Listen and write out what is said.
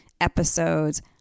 episodes